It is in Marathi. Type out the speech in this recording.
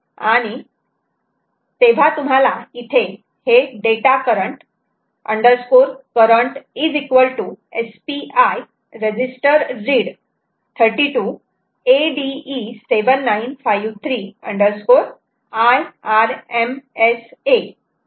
तेव्हा तुम्हाला इथे हे data current current SPI register read 32 ADE7953 IRMSA data current current to SPI register read 32 ADE7953 IRMSA असे दिसत आहे